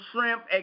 shrimp